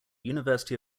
university